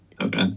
Okay